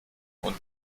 und